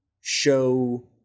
show